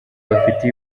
bafite